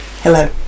hello